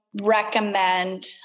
recommend